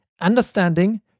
understanding